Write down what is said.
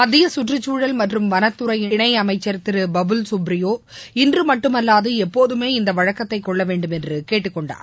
மத்திய கற்றுக்சூழல் மற்றும் வனத்துறையின் இணை அமைச்சர் திரு பபுல் கப்ரியோ இன்று மட்டுமல்லாது எப்போதுமே இந்த வழக்கத்தை கொள்ளவேண்டும் என்று கேட்டுக்கொண்டார்